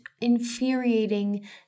infuriating